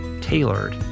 tailored